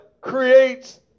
creates